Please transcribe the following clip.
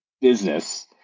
business